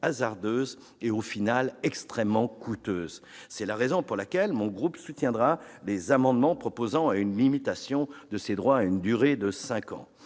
hasardeuse et coûteuse. C'est la raison pour laquelle mon groupe soutiendra les amendements proposant une limitation de ces droits à une durée de cinq ans,